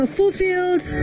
fulfilled